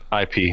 IP